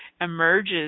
emerges